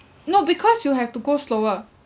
no because you have to go slower